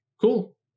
cool